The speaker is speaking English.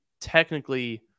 technically